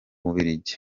bubiligi